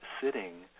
sitting